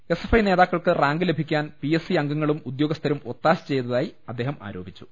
S F I നേതാക്കൾക്ക് റാങ്ക് ലഭിക്കാൻ പി എസ് സി അംഗങ്ങളും ഉദ്യോഗസഥരും ഒത്താശ ചെയ്തതായി അദ്ദേഹം ആരോപിച്ചു